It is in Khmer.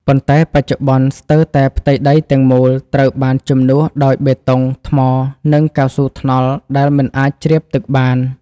ប៉ុន្តែបច្ចុប្បន្ន ស្ទើរតែផ្ទៃដីទាំងមូលត្រូវបានជំនួសដោយបេតុង ថ្ម និងកៅស៊ូថ្នល់ដែលមិនអាចជ្រាបទឹកបាន។